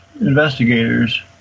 investigators